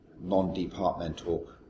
non-departmental